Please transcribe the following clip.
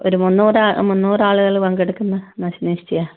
ഒരു മുന്നൂർ മുന്നൂറാളുകള് പങ്കെടുക്കുന്ന നാശ് നിശ്ചയമാണ്